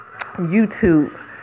YouTube